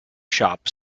shop